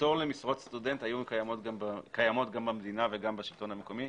הפטור למשרות סטודנט קיים גם במדינה וגם בשלטון המקומי.